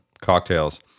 cocktails